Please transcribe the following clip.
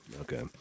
Okay